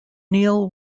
neal